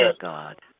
God